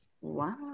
Wow